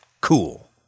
cool